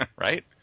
Right